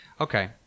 Okay